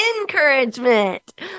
encouragement